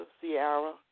Sierra